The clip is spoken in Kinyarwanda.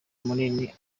munini